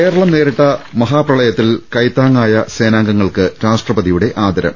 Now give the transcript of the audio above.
കേരളം നേരിട്ട മഹാപ്രളത്തിൽ കൈത്താങ്ങായ സേനാംഗ ങ്ങൾക്ക് രാഷ്ട്രപതിയുടെ ആദരം